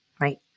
right